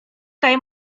tej